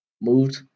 moved